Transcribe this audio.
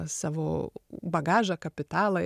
savo bagažą kapitalą